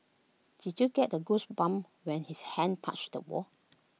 did you get the goosebumps when his hand touched the wall